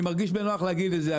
אני מרגיש בנוח להגיד את זה,